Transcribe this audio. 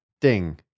ding